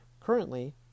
Currently